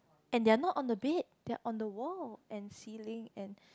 and they are not on the bed they are on the wall and ceiling and